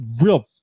real